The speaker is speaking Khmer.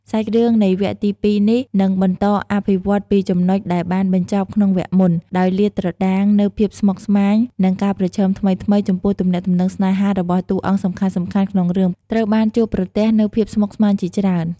សាច់រឿងនៃវគ្គទី២នេះ នឹងបន្តអភិវឌ្ឍន៍ពីចំណុចដែលបានបញ្ចប់ក្នុងវគ្គមុន ដោយលាតត្រដាងនូវភាពស្មុគស្មាញ និងការប្រឈមថ្មីៗ ចំពោះទំនាក់ទំនងស្នេហារបស់តួអង្គសំខាន់ៗក្នុងរឿង ត្រូវបានជួបប្រទះនូវភាពស្មុគស្មាញច្រើន។